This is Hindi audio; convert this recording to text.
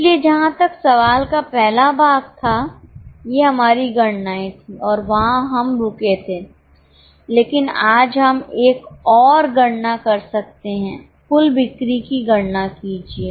इसलिए जहां तक सवाल का पहला भाग था ये हमारी गणनाएं थीं और वहां हम रुके थे लेकिन आज हम एक और गणना कर सकते हैं कुल बिक्री की गणना कीजिए